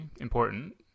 important